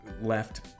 left